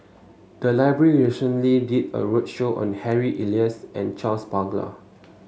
the library recently did a roadshow on Harry Elias and Charles Paglar